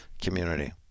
community